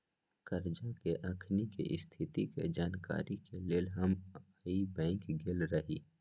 करजा के अखनीके स्थिति के जानकारी के लेल हम आइ बैंक गेल रहि